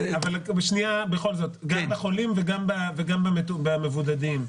גם בחולים וגם במבודדים,